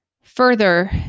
further